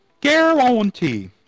guarantee